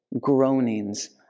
groanings